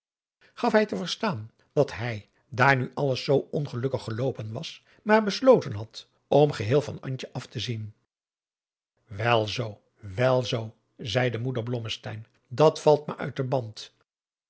gaf hij te verstaan dat hij daar nu alles zoo ongelukkig geloopen was maar besloten had om geheel van antje af te zien wel zoo wel zoo zeide moeder blommesteyn dat valt me uit de band